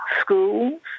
schools